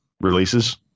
releases